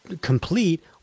complete